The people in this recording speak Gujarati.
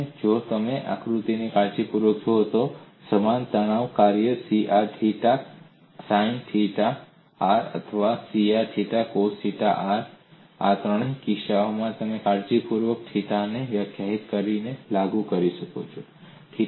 અને જો તમે આકૃતિને કાળજીપૂર્વક જુઓ છો તો સમાન તણાવ કાર્ય C r theta sine theta અથવા C r theta cos theta આ ત્રણેય કિસ્સો માટે કાળજીપૂર્વક થિટા ને વ્યાખ્યાયિત કરીને લાગુ કરી શકાય છે